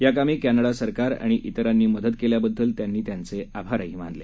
याकामी क्विडा सरकार आणि इतरांनी मदत केल्याबद्दल त्यांनी त्यांचे आभारही मानले